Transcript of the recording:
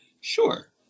Sure